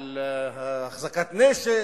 על החזקת נשק,